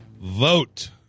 vote